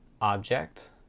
object